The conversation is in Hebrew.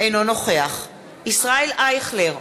אינו נוכח ישראל אייכלר,